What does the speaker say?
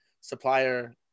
supplier